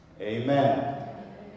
Amen